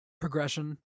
progression